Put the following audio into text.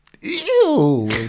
Ew